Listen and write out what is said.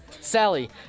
Sally